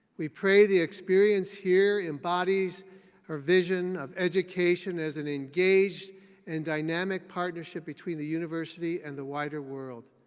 we pray the experience here embodies our vision of education as an engaged and dynamic partnership between the university and the wider world.